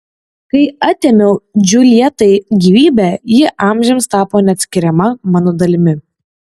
kai atėmiau džiuljetai gyvybę ji amžiams tapo neatskiriama mano dalimi